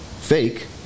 fake